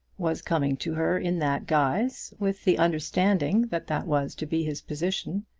was coming to her in that guise with the understanding that that was to be his position.